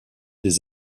des